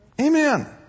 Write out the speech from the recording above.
Amen